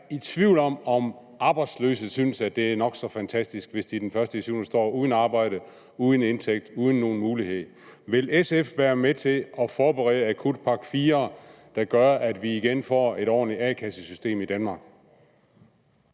i tvivl om, om arbejdsløse synes, at det er nok så fantastisk, hvis de den 1.7. står uden arbejde, uden indtægt, uden nogen mulighed. Vil SF være med til at forberede akutpakke IV, der gør, at vi igen får et ordentligt a-kassesystem i Danmark?